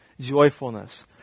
Joyfulness